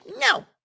no